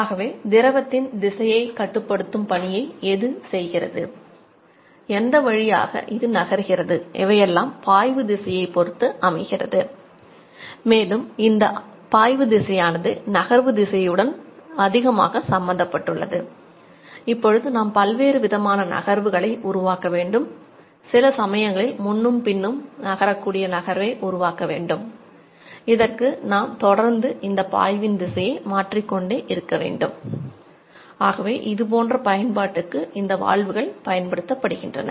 ஆகவே திரவத்தின் திசையை கட்டுப்படுத்தும் பயன்படுத்தப்படுகின்றன